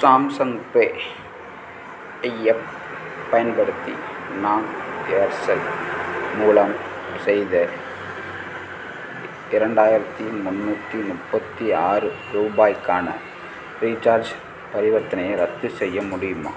Samsung Pay ஐப் பயன்படுத்தி நான் ஏர்செல் மூலம் செய்த இரண்டாயிரத்தி முண்ணூற்றி முப்பத்தி ஆறு ரூபாய்க்கான ரீச்சார்ஜ் பரிவர்த்தனையை ரத்து செய்ய முடியுமா